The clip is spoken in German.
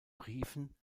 briefen